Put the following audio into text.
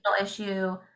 issue